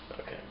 Okay